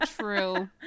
True